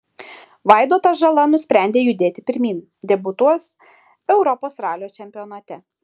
vaidotas žala nusprendė judėti pirmyn debiutuos europos ralio čempionate